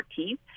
14th